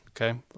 Okay